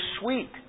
sweet